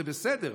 זה בסדר,